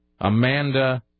Amanda